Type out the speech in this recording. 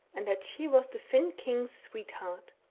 and that she was the finn king's sweetheart.